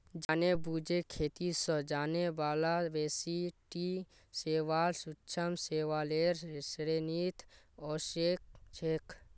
जानेबुझे खेती स जाने बाला बेसी टी शैवाल सूक्ष्म शैवालेर श्रेणीत ओसेक छेक